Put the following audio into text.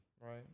right